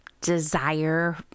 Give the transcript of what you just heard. desire